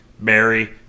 Mary